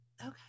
okay